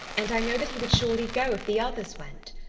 and i know that he would surely go if the others went.